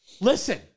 listen